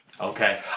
Okay